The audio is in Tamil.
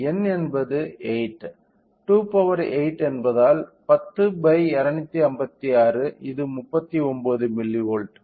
n என்பது 8 28 என்பதால் 10 256 இது 39 மில்லிவோல்ட்